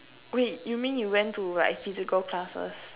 wait you mean you went to like physical classes